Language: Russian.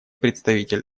представитель